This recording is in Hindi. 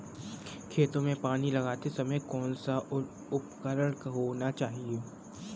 खेतों में पानी लगाते समय कौन सा उपकरण होना चाहिए?